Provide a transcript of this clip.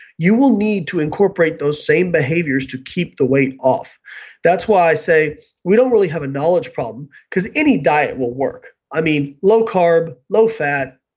you will need to incorporate those same behaviors to keep the weight off that's why i say we don't really have a knowledge problem because any diet will work, i mean low carb, low fat,